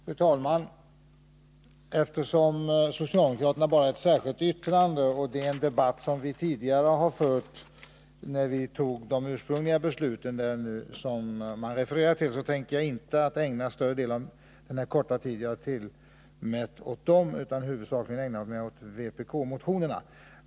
Fru talman! Eftersom socialdemokraterna bara har ett särskilt yttrande till betänkandet och då det här är en debatt som vi tidigare har fört, när vi tog de ursprungliga beslut som här refereras till, tänker jag inte ägna någon större del åt det särskilda yttrandet av den korta tid som tillmätts mig, utan jag skall ägna större delen av tiden åt vpk-motionerna.